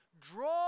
Draw